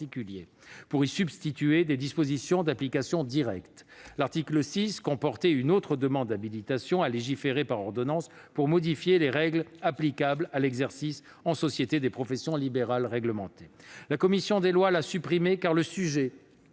d'y substituer des dispositions d'application directe. L'article 6 comportait une autre demande d'habilitation à légiférer par ordonnance, pour modifier les règles applicables à l'exercice en société des professions libérales réglementées. La commission des lois l'a supprimé, car le sujet